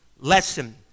lesson